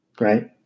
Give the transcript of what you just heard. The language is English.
right